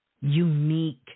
unique